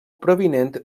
provinent